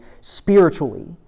spiritually